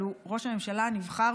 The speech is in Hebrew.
אבל הוא ראש הממשלה הנבחר,